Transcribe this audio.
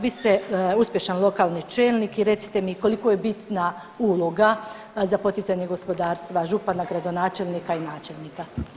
Vi ste uspješan lokalni čelnik i recite mi koliko je bitna uloga za poticanje gospodarstva, župana, gradonačelnika i načelnika?